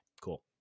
Cool